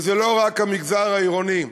שזה לא רק המגזר העירוני.